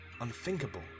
unthinkable